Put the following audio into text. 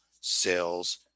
sales